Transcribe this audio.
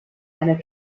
einer